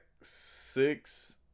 six